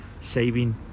saving